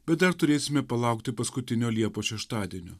bet dar turėsime palaukti paskutinio liepos šeštadienio